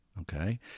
Okay